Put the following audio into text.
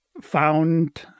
found